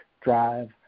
drive